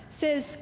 says